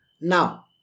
Now